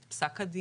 את פסק הדין,